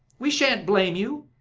we shan't blame you.